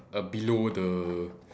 uh below the